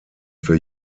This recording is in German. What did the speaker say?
für